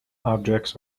objects